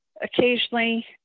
occasionally